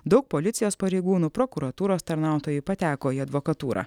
daug policijos pareigūnų prokuratūros tarnautojai pateko į advokatūrą